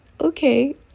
okay